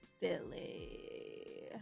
Billy